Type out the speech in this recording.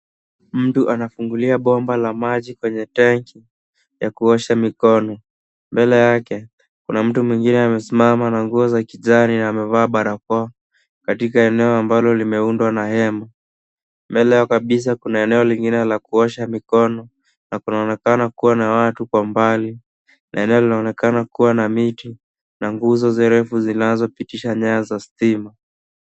Mtu anafungulia bomba la maji kwenye tenki ya kuosha mikono. Mbele yake kuna mtu mwengine amesimama na nguo za kijani na amevaa barakoa katika eneo ambalo limeundwa na hema. Mbele yao kabisa kuna eneo lingine la kuosha mikono na kunaonekana kuwa na watu kwa mbali na eneo linaonekana kuwa na miti na nguzo refu zinazopitisha nyaya za stima.